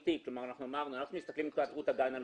אנחנו מסתכלים מנקודת ראות של הגן הלאומי.